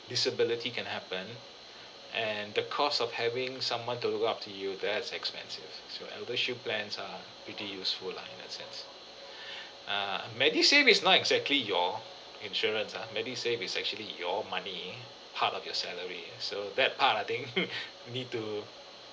disability can happen and the cost of having someone to look after you that's expensive so ElderShield plans are pretty useful lah in that sense err MediSave is not exactly your insurance ah MediSave is actually your money part of your salary ah so that part I think we need to